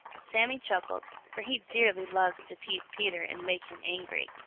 sammy chuckled, for he dearly loves to tease peter and make him angry.